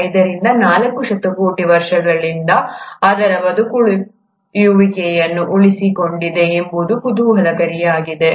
5 ರಿಂದ 4 ಶತಕೋಟಿ ವರ್ಷಗಳಿಂದ ಅದರ ಬದುಕುಳಿಯುವಿಕೆಯನ್ನು ಉಳಿಸಿಕೊಂಡಿದೆ ಎಂಬುದು ಕುತೂಹಲಕಾರಿಯಾಗಿದೆ